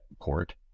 port